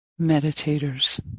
meditators